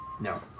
No